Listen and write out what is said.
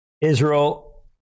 Israel